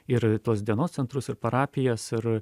ir į tuos dienos centrus ir parapijas ir